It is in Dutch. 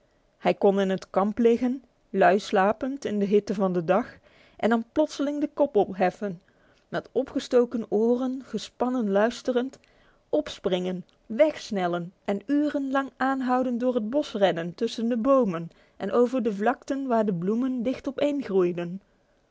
hij kon in het kamp liggen lui slapend in de hitte van de dag en dan plotseling de kop opheffen met opgestoken oren gespannen luisterend opspringen wegsnellen en urenlang aanhoudend door het bos rennen tussen de bomen en over de vlakten waar de bloemen dicht opeen groeien